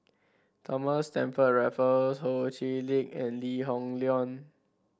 Thomas Stamford Raffles Ho Chee Lick and Lee Hoon Leong